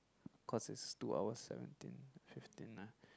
cause it's two hours seventeen fifteen nah